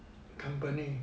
company